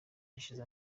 hashize